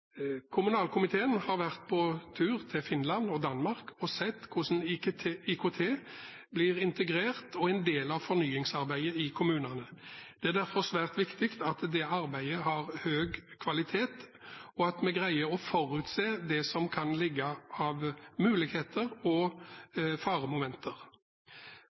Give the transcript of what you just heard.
Kommunalkomiteen har vært på tur til Finland og Danmark og sett hvordan IKT blir integrert og er en del av fornyingsarbeidet i kommunene. Det er derfor svært viktig at det arbeidet har høy kvalitet, og at vi greier å forutse det som kan være av muligheter og faremomenter.